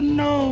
no